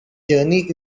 journey